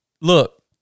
look